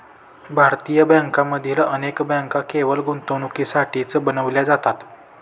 भारतीय बँकांमधून अनेक बँका केवळ गुंतवणुकीसाठीच बनविल्या जातात